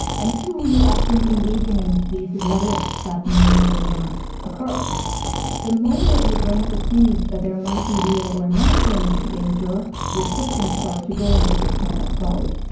and, two you're often engaging in these what-ifs that may or may not occur the moment your brain perceives that there might be real or imagined danger, immediately your system starts to go into this panic mode.